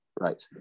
right